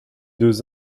deux